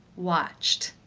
watched.